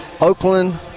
Oakland